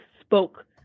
spoke